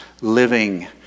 living